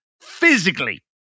physically